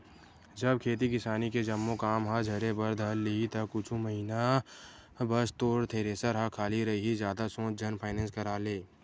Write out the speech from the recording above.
जब खेती किसानी के जम्मो काम ह झरे बर धर लिही ता कुछ महिना बस तोर थेरेसर ह खाली रइही जादा सोच झन फायनेंस करा ले